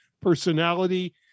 personality